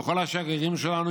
וכל השגרירים שלנו,